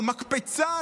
או מקפצה,